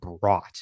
brought